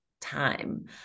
time